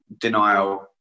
denial